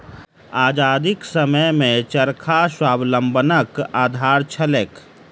आजादीक समयमे चरखा स्वावलंबनक आधार छलैक